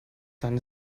dann